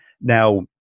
Now